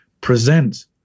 present